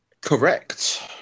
correct